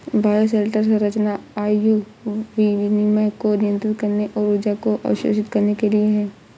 bioshelter संरचना वायु विनिमय को नियंत्रित करने और ऊर्जा को अवशोषित करने के लिए है